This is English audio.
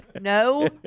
No